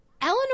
Eleanor